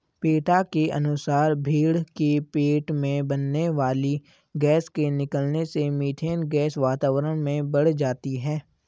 PETA के अनुसार भेंड़ के पेट में बनने वाली गैस के निकलने से मिथेन गैस वातावरण में बढ़ जाती है